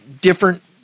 different